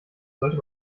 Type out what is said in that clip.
sollte